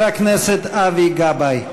הכנסת אבי גבאי.